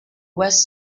west